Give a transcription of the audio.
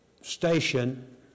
station